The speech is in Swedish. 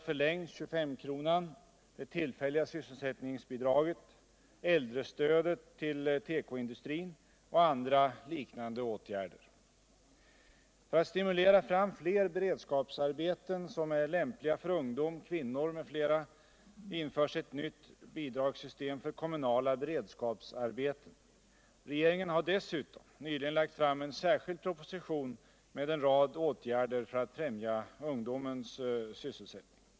För att stimulera fram fler beredskapsarbeten som är lämpliga för ungdom, kvinnor m.fl. införs eu nytt bidragssystem för kommunala beredskapsarbeten. Regeringen har dessutom nyligen lagt fram en särskild proposition med cen rad åtgärder för att främja ungdomens sysselsättning.